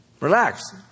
Relax